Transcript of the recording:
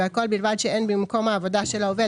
והכול ובלבד שאין במקום העבודה של העובד